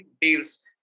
deals